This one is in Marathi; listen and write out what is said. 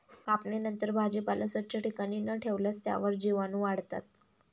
कापणीनंतर भाजीपाला स्वच्छ ठिकाणी न ठेवल्यास त्यावर जीवाणूवाढतात